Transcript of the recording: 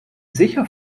sicher